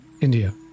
India